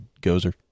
Gozer